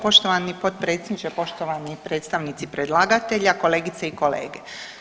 Poštovani potpredsjedniče, poštovani predstavnici predlagatelja, kolegice i kolege.